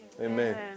Amen